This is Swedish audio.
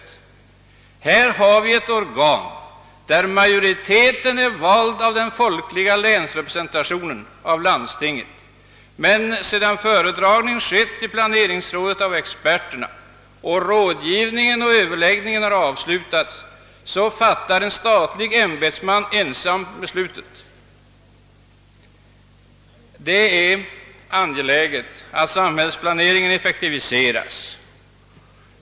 Vi har i planeringsråden ett organ där majoriteten är vald av den folkliga länsrepresentationen — av landstinget — men sedan föredragning skett i planeringsrådet av experterna och rådgivningen och överläggningen avslutats, så fattar en statlig ämbetsman ensam beslutet. Det är, herr talman, angeläget att samhällsplaneringen effektiviseras.